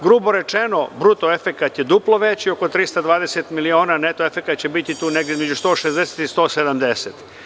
Grubo rečeno, bruto efekat je duplo veći, oko 320 miliona, neto efekat će biti tu negde između 160 i 170.